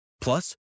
Plus